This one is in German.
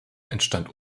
entstand